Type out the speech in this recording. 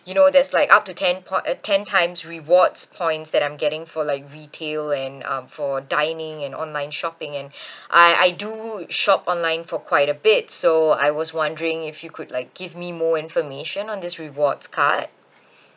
you know there's like up to ten po~ ten times rewards points that I'm getting for like retail and um for dining and online shopping and I I do shop online for quite a bit so I was wondering if you could like give me more information on this rewards card